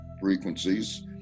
frequencies